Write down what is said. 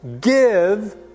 give